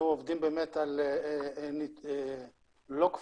אנחנו עובדים באמת על log file,